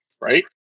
Right